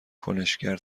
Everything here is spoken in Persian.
کنشگر